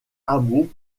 hameaux